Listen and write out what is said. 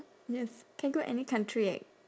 yes can go any country eh